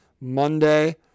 Monday